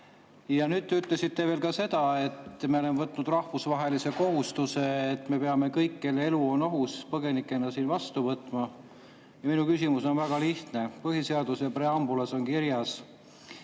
Nüüd te ütlesite veel seda, et me oleme võtnud rahvusvahelise kohustuse, et me peame kõik, kelle elu on ohus, põgenikena siin vastu võtma. Minu küsimus on väga lihtne. Põhiseaduse preambulis on kirjas,